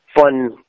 Fun